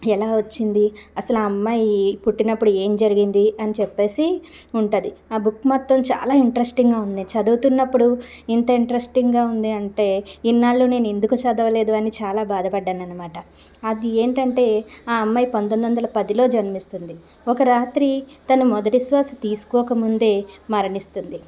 ఎలా వచ్చింది అసలు అమ్మాయి పుట్టినప్పుడు ఏం జరిగింది అని చెప్పేసి ఉంటుంది ఆ బుక్ మొత్తం చాలా ఇంట్రెస్టింగ్గా ఉంది చదువుతున్నప్పుడు ఇంత ఇంట్రెస్టింగ్గా ఉంది అంటే ఇన్నాళ్లు నేను ఎందుకు చదవలేదు అని చాలా బాధపడ్డాను అనమాట అది ఏంటంటే ఆ అమ్మాయి పంతొమ్మిది వందల పదిలో జన్మిస్తుంది ఒక రాత్రి తను మొదటి శ్వాస తీసుకోక ముందే మరణిస్తుంది